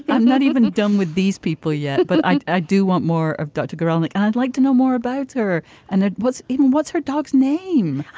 i'm not even done with these people yet. but i do want more of dr. guralnick and i'd like to know more about her and what's even what's her dog's name